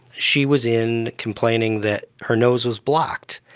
she was in complaining that her nose was blocked,